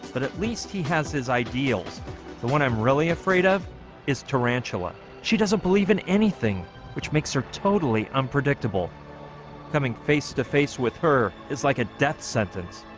but at least he has his ideals the one i'm really afraid of is tarantula she doesn't believe in anything which makes her totally unpredictable coming face-to-face with her is like a death sentence